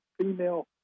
female